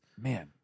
Man